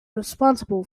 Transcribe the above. responsible